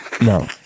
no